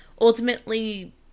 ultimately